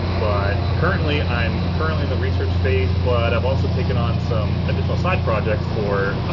but currently, i am currently in the research phase but i've also taken on some additional side projects for